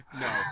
No